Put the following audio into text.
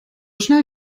schnell